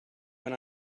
when